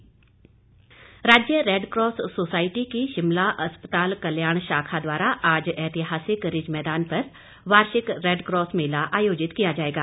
Red Cross राज्य red cross society की शिमला अस्पताल कल्याण शाखा द्वारा आज एतिहासिक रिज मैदान पर वार्षिक रेडकास मेला आयोजित किया जाएगा